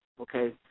okay